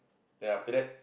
then after that